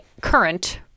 current